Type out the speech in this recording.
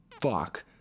fuck